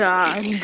God